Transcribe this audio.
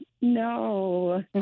No